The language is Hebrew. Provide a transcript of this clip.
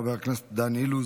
חבר הכנסת דן אילוז,